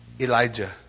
Elijah